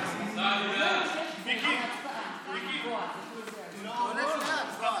נגיף הקורונה החדש),